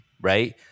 Right